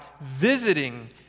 Visiting